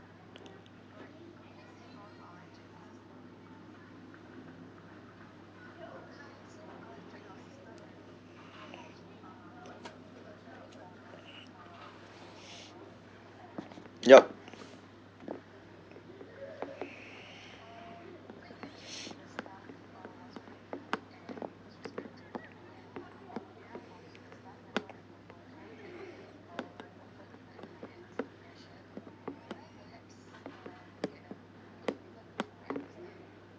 yup